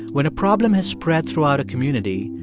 when a problem has spread throughout a community,